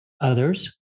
others